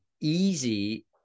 easy